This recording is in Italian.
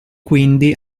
quindi